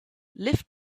lift